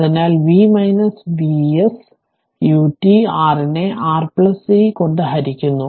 അതിനാൽv Vs utR നെ R c കൊണ്ട് ഹരിക്കുന്നു